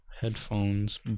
headphones